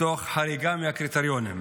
תוך חריגה מהקריטריונים.